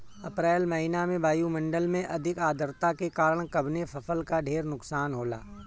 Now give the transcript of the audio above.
अप्रैल महिना में वायु मंडल में अधिक आद्रता के कारण कवने फसल क ढेर नुकसान होला?